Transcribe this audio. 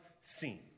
seen